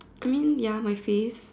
I mean ya my face